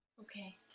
Okay